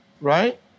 right